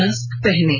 mask पहनें